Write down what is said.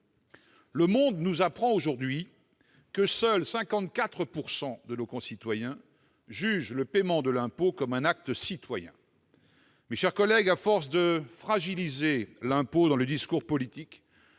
Le journal nous apprend aujourd'hui que seulement 54 % de nos concitoyens jugent le paiement de l'impôt comme un acte citoyen. À force de fragiliser l'impôt dans le discours politique,